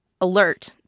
alert